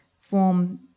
form